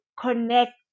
connect